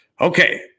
okay